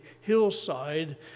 hillside